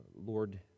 Lord